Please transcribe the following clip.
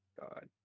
God